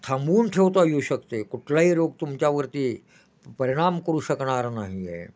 थांबवून ठेवता येऊ शकते कुठलाही रोग तुमच्यावरती परिणाम करू शकणार नाही आहे